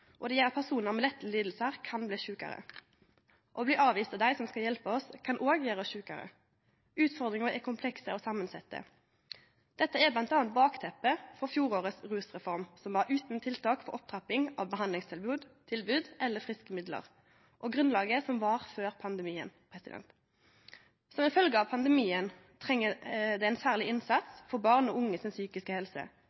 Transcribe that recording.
og det gjer at personar med lette lidingar kan bli sjukare. Å bli avvist av dei som skal hjelpe oss, kan òg gjere oss sjukare. Utfordringane er komplekse og samansette. Dette er bl.a. bakteppet for fjorårets rusreform, som var utan tiltak for opptrapping av behandlingstilbod eller friske midlar, og grunnlaget var før pandemien kom. Som ein følgje av pandemien treng me ein særleg innsats